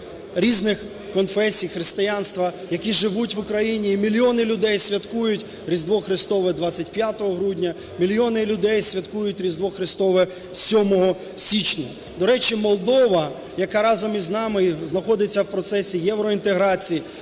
різних конфесій християнства, які живуть в Україні, і мільйони людей святкують Різдво Христове 25 грудня, мільйони людей святкують Різдво Христове 7 січня. До речі, Молдова, яка разом з нами знаходиться в процесі євроінтеграції,